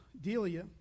Delia